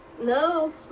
no